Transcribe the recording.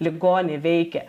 ligonį veikia